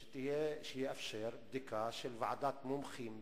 שיאפשר בדיקה של ועדת מומחים בין-לאומית,